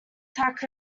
tax